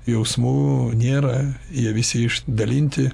jausmų nėra jie visi išdalinti